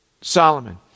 Solomon